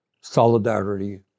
solidarity